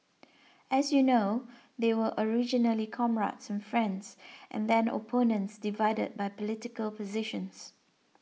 as you know they were originally comrades and friends and then opponents divided by political positions